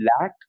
lack